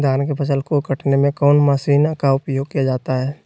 धान के फसल को कटने में कौन माशिन का उपयोग किया जाता है?